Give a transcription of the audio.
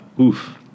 Oof